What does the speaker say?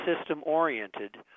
system-oriented